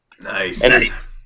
Nice